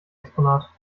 exponat